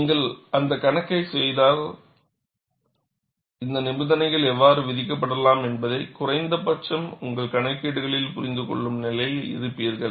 நீங்கள் அந்த கணக்கை செய்தால் இந்த நிபந்தனைகள் எவ்வாறு விதிக்கப்படலாம் என்பதை குறைந்தபட்சம் உங்கள் கணக்கீடுகளில் புரிந்துகொள்ளும் நிலையில் இருப்பீர்கள்